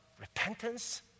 repentance